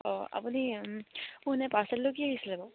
অঁ আপুনি মোৰ এনেই পাৰ্চেলটো কি আহিছিলে বাৰু